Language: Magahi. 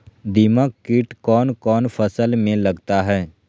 दीमक किट कौन कौन फसल में लगता है?